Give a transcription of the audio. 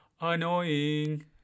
annoying